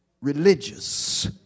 Religious